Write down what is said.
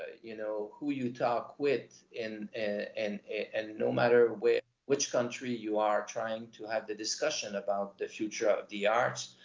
you know, who you talk with and and no matter where, which country you are trying to have the discussion about the future of the arts,